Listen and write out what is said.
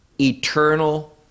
eternal